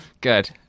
Good